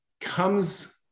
comes